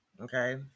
Okay